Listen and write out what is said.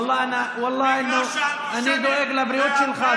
ואללה, אני דואג לבריאות שלך.